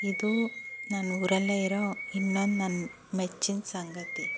ಇದು ನನ್ನ ಊರಲ್ಲೇ ಇರೋ ಇನ್ನೊಂದು ನನ್ನ ಮೆಚ್ಚಿನ ಸಂಗತಿ